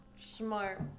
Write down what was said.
Smart